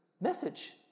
message